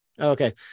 Okay